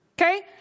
Okay